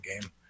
game